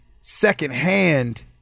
secondhand